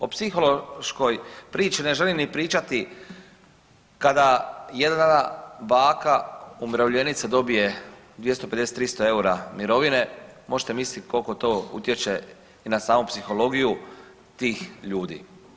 O psihološkoj priči ne želim ni pričati kada jedna baka, umirovljenica dobije 250, 300 eura mirovine, možete misliti koliko to utječe i na samu psihologiju tih ljudi.